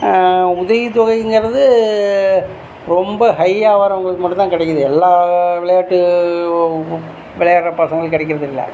உதவித் தொகைங்கிறது ரொம்ப ஹையாக வரவங்களுக்கு மட்டுந்தான் கிடைக்குது எல்லா விளையாட்டு விளையாடுகிற பசங்களுக்குக் கிடைக்கிறதில்ல